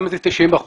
גם אם אלה 90 אחוזים.